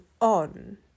on